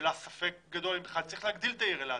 שלה ספק גדול אם בכלל צריך להגדיל את העיר אלעד.